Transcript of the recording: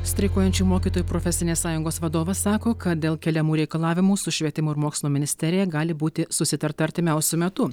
streikuojančių mokytojų profesinės sąjungos vadovas sako kad dėl keliamų reikalavimų su švietimo ir mokslo ministerija gali būti susitarta artimiausiu metu